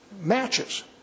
matches